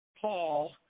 Paul